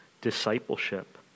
discipleship